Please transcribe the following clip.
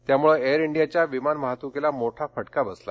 त्यामुळे एवर इंडियाच्या विमान वाहतुकीला मोठा फटका बसला